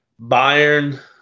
Bayern